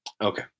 Okay